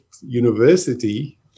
university